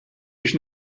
biex